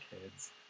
kids